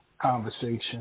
conversation